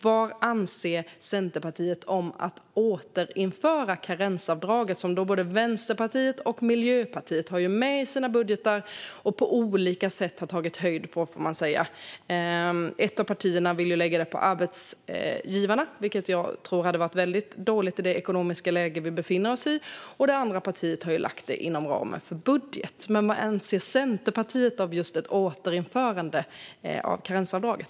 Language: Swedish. Vad anser Centerpartiet om att återinföra borttagandet av karensavdraget? Både Vänsterpartiet och Miljöpartiet har med ett borttagande av karensavdraget i sina budgetmotioner och har på olika sätt tagit höjd för det. Ett av partierna vill lägga detta på arbetsgivarna, vilket jag tror hade varit väldigt dåligt i det ekonomiska läge som vi befinner oss i. Och det andra partiet har lagt det inom ramen för budgeten. Men vad anser Centerpartiet om just ett återinfört borttagande av karensavdraget?